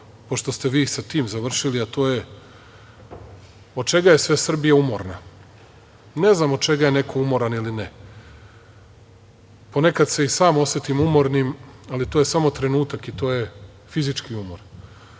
pošto ste vi sa tim završili, a to je od čega je sve Srbija umorna. Ne znam od čega je neko umoran ili ne, ponekad se i sam osetim umornim, ali to je samo trenutak i to je fizički umor,